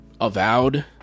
Avowed